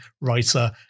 writer